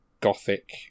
gothic